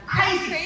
Crazy